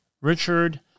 Richard